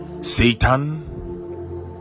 Satan